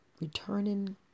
returning